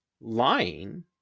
lying